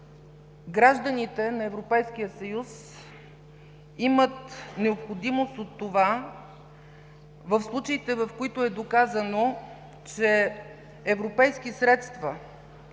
гражданите на Европейския съюз имат необходимост от това в случаите, в които е доказано, че европейски средства